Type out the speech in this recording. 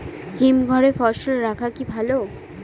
হিমঘরে ফসল রাখা কি ভালো?